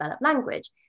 language